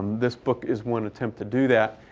this book is one attempt to do that.